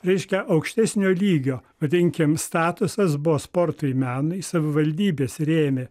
reiškia aukštesnio lygio vadinkim statusas buvo sportui menui savivaldybės rėmė